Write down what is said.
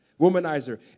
Womanizer